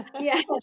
Yes